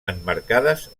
emmarcades